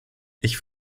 ich